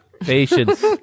Patience